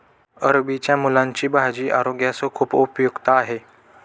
अरबीच्या मुळांची भाजी आरोग्यास खूप उपयुक्त आहे